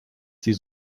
die